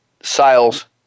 sales